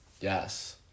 Yes